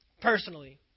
personally